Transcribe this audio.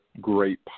great